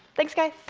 thanks guys!